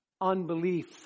Unbelief